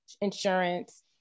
insurance